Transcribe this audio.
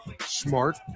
Smart